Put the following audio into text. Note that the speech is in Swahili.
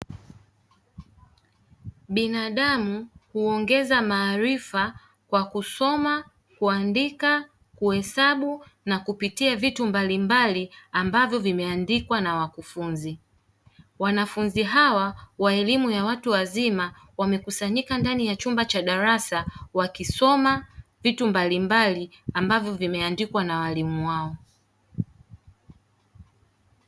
Binadamu huongeza maarifa kwa kusoma, kuandika, kuhesabu na kupitia vitu mbalimbali ambavyo vimeandikwa na wakufunzi, wanafunzi hawa wa elimu ya watu wazima wamekusanyika ndani ya chumba cha darasa wakisoma vitu mbalimbali ambavyo vimeandikwa na walimu wao.